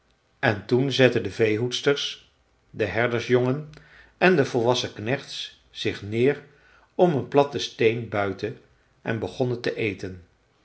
en toen zetten de veehoedsters de herdersjongen en de volwassen knechts zich neer om een platten steen buiten en begonnen te eten